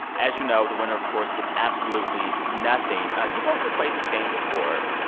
as you know, the winner of course gets absolutely nothing. you both have played this game before.